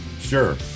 Sure